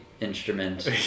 instrument